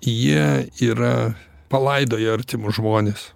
jie yra palaidoję artimus žmones